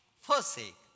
forsake